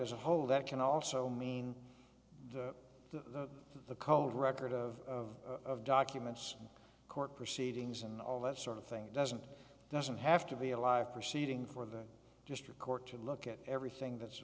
as a whole that can also mean the cold record of documents court proceedings and all that sort of thing it doesn't doesn't have to be a live proceeding for the district court to look at everything that's